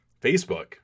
Facebook